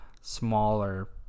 smaller